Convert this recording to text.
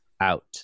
out